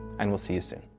and we'll see you soon.